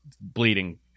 bleeding